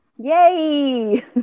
Yay